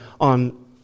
on